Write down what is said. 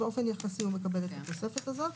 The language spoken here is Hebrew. באופן יחסי הוא מקבל את התוספת הזאת.